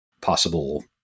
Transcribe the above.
possible